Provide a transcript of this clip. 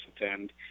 attend